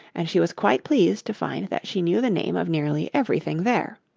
and she was quite pleased to find that she knew the name of nearly everything there.